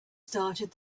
started